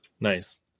Nice